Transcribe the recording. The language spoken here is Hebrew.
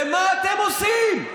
ומה אתם עושים?